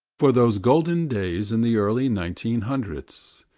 for those golden days in the early nineteen hundreds,